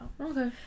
okay